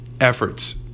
efforts